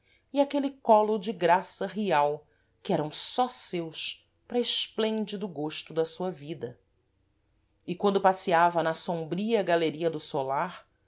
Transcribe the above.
e aquele colo de garça rial que eram só seus para esplêndido gôsto da sua vida e quando passeava na sombria galeria do solar